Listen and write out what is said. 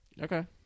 Okay